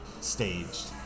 staged